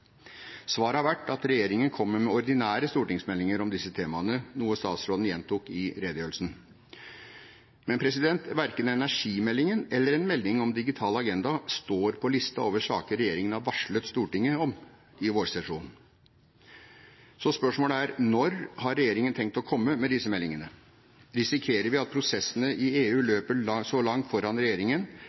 Svaret har vært at regjeringen kommer med ordinære stortingsmeldinger om disse temaene, noe statsråden gjentok i redegjørelsen. Men verken energimeldingen eller en melding om digital agenda står på listen over saker regjeringen har varslet Stortinget om for vårsesjonen. Så spørsmålet er: Når har regjeringen tenkt å komme med disse meldingene? Risikerer vi at prosessene i EU løper så langt foran regjeringen